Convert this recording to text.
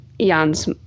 Jan's